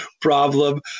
problem